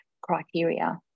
criteria